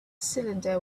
cylinder